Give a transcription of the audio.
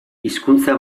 hizkuntza